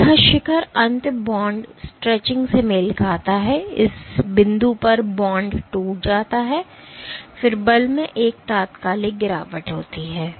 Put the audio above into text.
तो यह शिखर अंत बॉन्ड स्ट्रेचिंग से मेल खाता है इस बिंदु पर बॉन्ड टूट जाता है और फिर बल में एक तात्कालिक गिरावट होती है